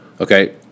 Okay